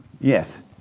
Yes